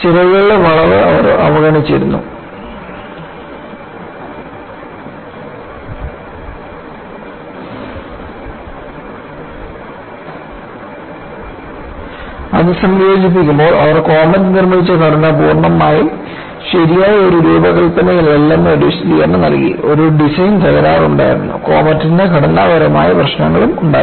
ചിറകുകളുടെ വളവ് അവർ അവഗണിച്ചിരുന്നു അത് സംയോജിപ്പിക്കുമ്പോൾ അവർ കോമറ്റ് നിർമ്മിച്ച ഘടന പൂർണ്ണമായും ശരിയായ ഒരു രൂപകൽപ്പനയല്ലെന്ന് ഒരു വിശദീകരണം നൽകി ഒരു ഡിസൈൻ തകരാറുണ്ടായിരുന്നു കോമറ്റ്ന് ഘടനാപരമായ പ്രശ്നങ്ങളുണ്ടായിരുന്നു